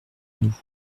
nous